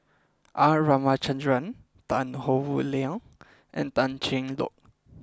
R Ramachandran Tan Howe Liang and Tan Cheng Lock